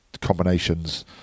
combinations